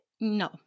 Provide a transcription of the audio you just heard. No